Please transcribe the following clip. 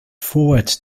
forward